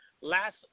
Last